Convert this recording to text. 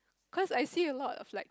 cause I see a lot of like